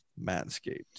Manscaped